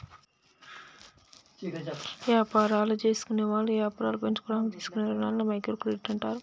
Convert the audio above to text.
యాపారాలు జేసుకునేవాళ్ళు యాపారాలు పెంచుకోడానికి తీసుకునే రుణాలని మైక్రో క్రెడిట్ అంటారు